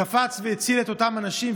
הוא קפץ והציל את אותם אנשים,